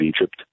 Egypt